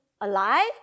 alive